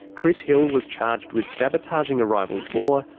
chris hill was charged with sabotaging a rival's bore,